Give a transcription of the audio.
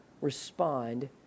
respond